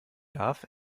darf